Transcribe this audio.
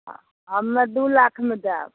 हमे दू लाखमे देब